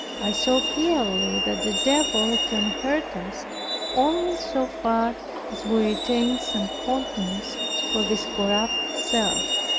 i saw clearly that the devil cannot hurt us only so far as we retain some fondness for this corrupt self.